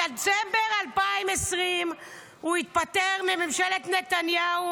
בדצמבר 2020 הוא התפטר מממשלת נתניהו,